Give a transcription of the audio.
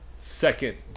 second